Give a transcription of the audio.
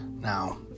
Now